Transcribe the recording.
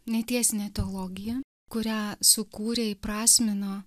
netiesine teologija kurią sukūrė įprasmino